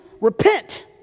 Repent